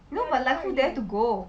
no but like who dare to go